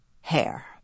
hair